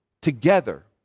together